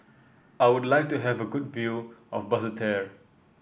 I would like to have a good view of Basseterre